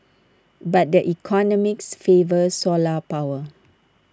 but the economics favour solar power